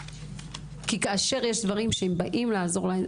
כי כאשר יש דברים שבאים לעזור לאזרחים,